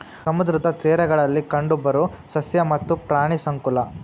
ಸಮುದ್ರದ ತೇರಗಳಲ್ಲಿ ಕಂಡಬರು ಸಸ್ಯ ಮತ್ತ ಪ್ರಾಣಿ ಸಂಕುಲಾ